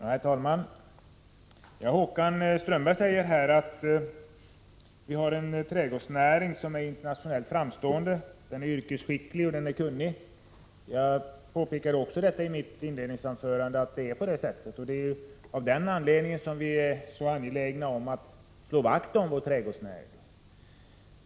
Herr talman! Håkan Strömberg säger att vi har en trädgårdsnäring som är internationellt framstående och att dess utövare är yrkesskickliga och kunniga. Också jag framhöll i mitt inledningsanförande att så är fallet. Därför är vi också angelägna om att slå vakt om vår trädgårdsnäring.